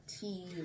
tea